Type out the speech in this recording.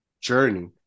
journey